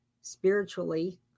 spiritually